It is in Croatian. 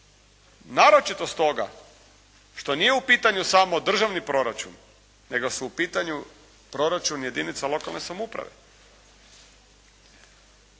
naročito stoga što nije u pitanju samo državni proračun nego su u pitanju proračuni jedinica lokalne samouprave.